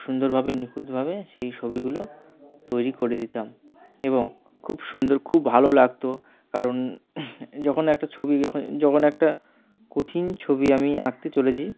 সুন্দরভাবে নিখুঁতভাবে সেই ছবিগুলো তৈরি করে দিতাম এবং খুব সুন্দর খুব ভালো লাগতো কারণ যখন একটা ছবি যখন যখন একটা কঠিন ছবি আমি আঁকতে চলেছি